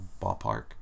ballpark